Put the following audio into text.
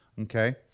okay